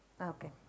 okay